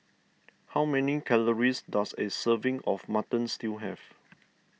how many calories does a serving of Mutton Stew have